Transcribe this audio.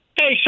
Hey